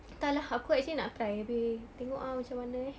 entah lah aku actually nak try tapi tengok ah macam mana eh